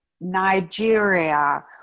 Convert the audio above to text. Nigeria